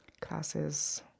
classes